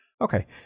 Okay